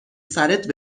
سرت